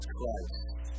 Christ